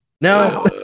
No